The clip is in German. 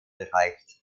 erreicht